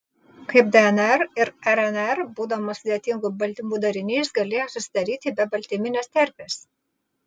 kaip dnr ir rnr būdamos sudėtingų baltymų dariniais galėjo susidaryti be baltyminės terpės